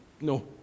No